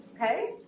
Okay